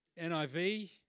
NIV